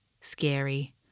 scary